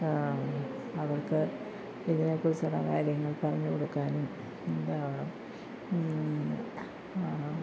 അവർക്ക് ഇതിനെക്കുറിച്ചുള്ള കാര്യങ്ങൾ പറഞ്ഞ് കൊടുക്കാനും എന്താ